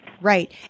right